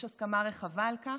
יש הסכמה רחבה על כך,